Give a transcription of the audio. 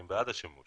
אני בעד השימוש.